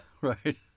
right